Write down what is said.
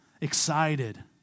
excited